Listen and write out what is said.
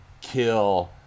kill